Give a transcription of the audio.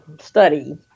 study